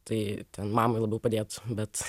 tai ten mamai labiau padėt bet